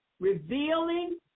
revealing